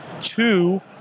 two